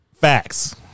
Facts